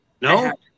No